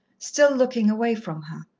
still looking away from her.